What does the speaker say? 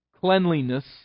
cleanliness